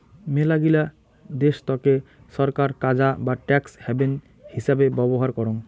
মেলাগিলা দেশতকে ছরকার কাজা বা ট্যাক্স হ্যাভেন হিচাবে ব্যবহার করং